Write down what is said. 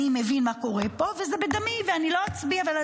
אני מבין מה קורה פה וזה בדמי ואני לא אצביע ואני